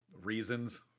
reasons